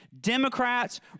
Democrats